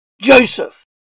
Joseph